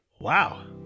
Wow